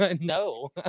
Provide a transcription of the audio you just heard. No